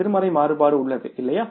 எதிர்மறை மாறுபாடு உள்ளது இல்லையா